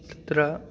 तत्र